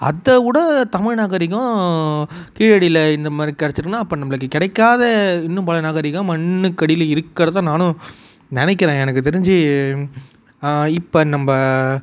அதவிட தமிழ் நாகரீகம் கீழடியில் இந்தமாதிரி கெடைச்சிருக்குனா அப்போ நம்மளுக்கு கிடைக்காத இன்னும் பல நாகரீகம் மண்ணுக்கு அடியில இருக்கிறத நானும் நினைக்கிறேன் எனக்குத் தெரிஞ்சு இப்போ நம்ம